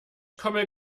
komme